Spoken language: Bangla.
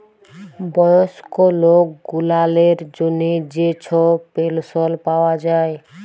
বয়স্ক লক গুলালের জ্যনহে যে ছব পেলশল পাউয়া যায়